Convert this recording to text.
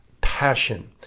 passion